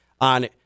on